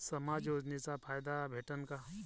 समाज योजनेचा फायदा भेटन का?